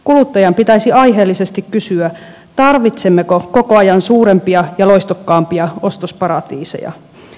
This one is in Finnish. kuluttajan pitäisi aiheellisesti kysyä tarvitsemmeko koko ajan suurempia ja loistokkaampia ostosparatiiseja